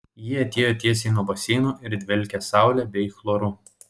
ji atėjo tiesiai nuo baseino ir dvelkė saule bei chloru